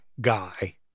guy